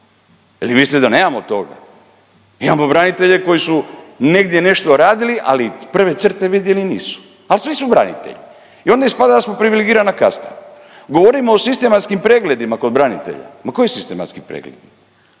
vi mislite da nemamo toga? Imamo branitelje koji su negdje nešto radili, ali prve crte vidjeli nisu ali svi su branitelji. I onda ispada da smo privilegirana kasta. Govorimo o sistematskim pregledima kod branitelja. Ma koji sistematski pregled?